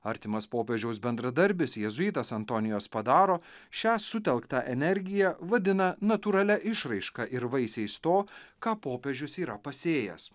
artimas popiežiaus bendradarbis jėzuitas antonijos padaro šią sutelktą energiją vadina natūralia išraiška ir vaisiais to ką popiežius yra pasėjęs